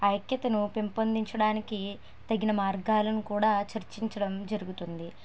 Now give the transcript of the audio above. ఐక్యతను పెంపొందించడానికి తగిన మార్గాలను కూడా చర్చించడం జరుగుతుంది